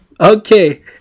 Okay